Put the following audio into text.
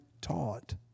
taught